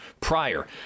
prior